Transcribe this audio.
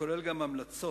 הכולל גם המלצות